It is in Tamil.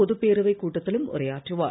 பொதுப்பேரவைக் கூட்டத்திலும் உரையாற்றுவார்